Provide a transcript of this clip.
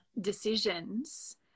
decisions